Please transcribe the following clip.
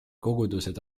kogudused